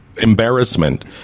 embarrassment